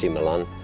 Milan